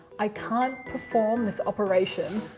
i can't perform this operation.